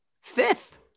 Fifth